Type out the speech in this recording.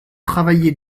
travailler